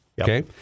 okay